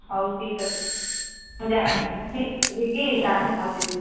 ହଉ ଠିକ୍ ଅଛି ମୁଁ ତାପରେ କହିବି